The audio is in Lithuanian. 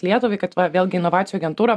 lietuvai kad va vėlgi inovacijų agentūra